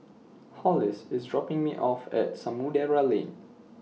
Hollis IS dropping Me off At Samudera Lane